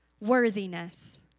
Worthiness